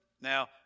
Now